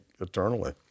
eternally